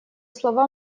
слова